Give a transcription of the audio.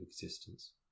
existence